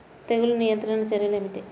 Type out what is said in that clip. తెగులు నియంత్రణ చర్యలు ఏమిటి?